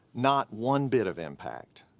not one bit of impact.